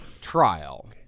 trial